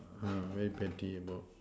uh very petty about